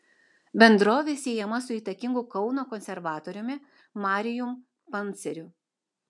bendrovė siejama su įtakingu kauno konservatoriumi marijum panceriu